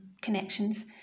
connections